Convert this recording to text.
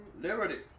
Liberty